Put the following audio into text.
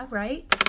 right